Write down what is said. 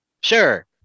sure